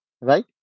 Right